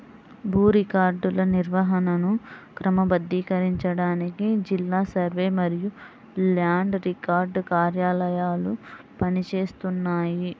భూ రికార్డుల నిర్వహణను క్రమబద్ధీకరించడానికి జిల్లా సర్వే మరియు ల్యాండ్ రికార్డ్స్ కార్యాలయాలు పని చేస్తున్నాయి